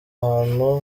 hantu